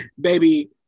baby